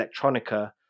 Electronica